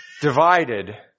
divided